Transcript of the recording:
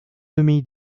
demi